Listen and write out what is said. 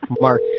Mark